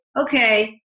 okay